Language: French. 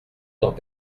temps